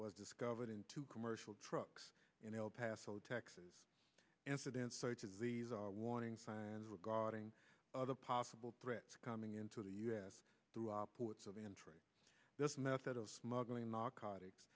was discovered in two commercial trucks in el paso texas incidents such as these are warning signs regarding other possible threats coming into the u s through our ports of entry this method of smuggling narcotics